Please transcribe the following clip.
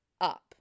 up